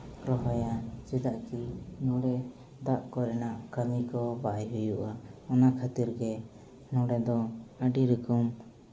ᱨᱚᱦᱚᱭᱟ ᱪᱮᱫᱟᱜ ᱠᱤ ᱱᱚᱸᱰᱮ ᱫᱟᱜ ᱠᱚᱨᱮᱱᱟᱜ ᱠᱟᱹᱢᱤ ᱠᱚ ᱵᱟᱭ ᱦᱩᱭᱩᱜᱼᱟ ᱚᱱᱟ ᱠᱷᱟᱹᱛᱤᱨ ᱜᱮ ᱱᱚᱸᱰᱮ ᱫᱚ ᱟᱹᱰᱤ ᱨᱚᱠᱚᱢ